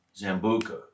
Zambuca